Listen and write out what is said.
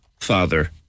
father